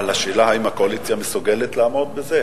אבל השאלה היא אם הקואליציה מסוגלת לעמוד בזה,